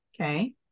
Okay